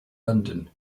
london